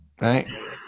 right